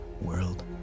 world